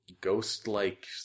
ghost-like